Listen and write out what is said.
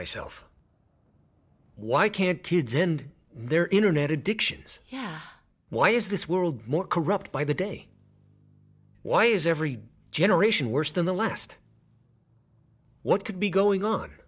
myself why can't kids end their internet addictions yeah why is this world more corrupt by the day why is every generation worse than the last what could be going on